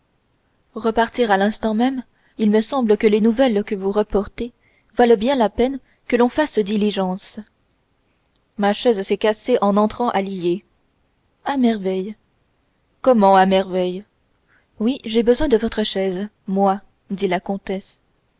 repartir à l'instant même il me semble que les nouvelles que vous reportez valent bien la peine que l'on fasse diligence ma chaise s'est cassée en entrant à lillers à merveille comment à merveille oui j'ai besoin de votre chaise moi dit la comtesse